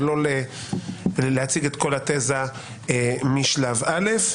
ולא להציג את כל התזה משלב א'.